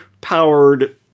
powered